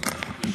ב-06:30.